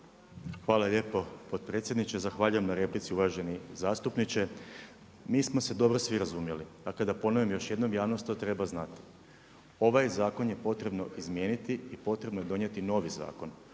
Hvala lijepo potpredsjedniče, zahvaljujem na replici uvaženi zastupniče. Mi smo se dobro svi razumjeli. Dakle, da ponovim još jednom javnost to treba znati. Ovaj zakon je potrebno izmijeniti i potrebno je donijeti novi zakon.